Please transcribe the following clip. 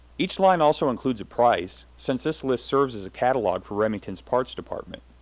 each line also includes a price, since this list serves as a catalog for remington's parts department.